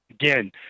again